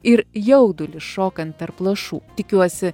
ir jaudulį šokant tarp lašų tikiuosi